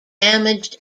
damaged